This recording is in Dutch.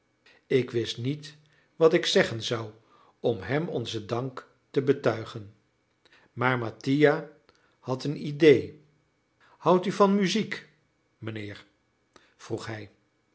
ik wist niet wat ik zeggen zou om hem onzen dank te betuigen maar mattia had een idée houdt u van muziek mijnheer vroeg hij